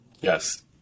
Yes